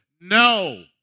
No